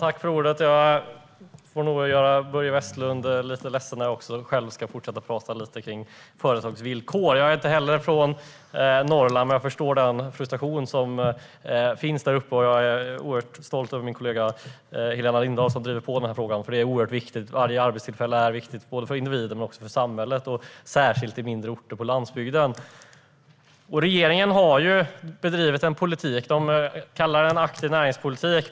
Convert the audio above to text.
Herr talman! Jag får nog göra Börje Vestlund lite ledsen när jag själv ska fortsätta att tala lite grann om företagsvillkor. Jag är inte heller från Norrland. Men jag förstår den frustration som finns däruppe, och jag är oerhört stolt över min kollega Helena Lindahl som driver på i frågan. Det är oerhört viktigt. Varje arbetstillfälle är viktigt både för individen och för samhället och särskilt i mindre orter på landsbygden. Regeringen har bedrivit en politik som den kallar aktiv näringspolitik.